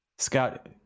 Scott